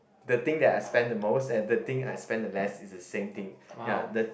the thing that I spend the most and the thing I spend the less is the same thing ya the